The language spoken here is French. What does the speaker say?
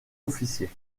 officiers